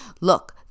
look